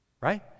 Right